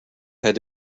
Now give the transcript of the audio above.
had